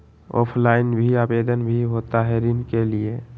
Offline भी आवेदन भी होता है ऋण के लिए?